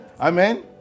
Amen